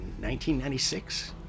1996